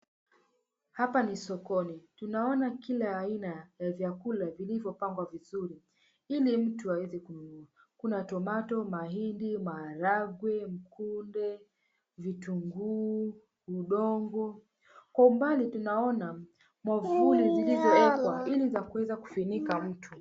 Hapa ni sokoni. Tunaona kila aina ya vyakula vilivyopangwa vizuri ili mtu aweze kununua. Kuna tomato, mahindi, maharagwe, mkunde, vitunguu, udongo. Kwa umbali tunaona mwavuli zilizoekwa ili za kuweza kufunika mtu.